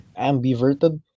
ambiverted